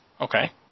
Okay